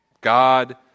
God